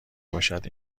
باشد